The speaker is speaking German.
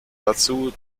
dazu